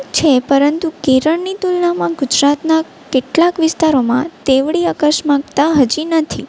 છે પરંતુ કેરળની તુલનામાં ગુજરાતના કેટલાક વિસ્તારોમાં તેવડી અકસ્મિકતા હજી નથી